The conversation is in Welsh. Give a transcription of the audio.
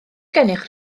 gennych